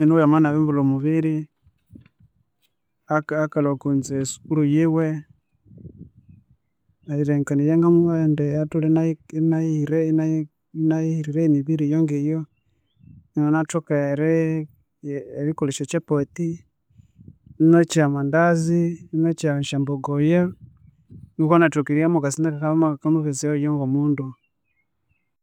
Munywaniwayi amabya inabiribulha omubiri, aka- kawunza esukuru yiwe, erilhengekania eriya ngamuburindi, atholhere enayihereraya ngemibiri eyongiyo inanganathoka eri- kolha syochapati, inakya amandazi, inakya esyambongoya, nikwa anathoka eriha mwakasente akakamu mubezeyahu eyongomundu